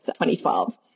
2012